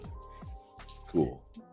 Cool